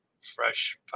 fresh